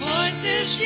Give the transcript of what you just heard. Voices